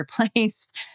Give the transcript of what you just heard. replaced